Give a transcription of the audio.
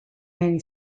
many